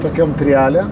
tokiom trijalėm